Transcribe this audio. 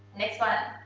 next one.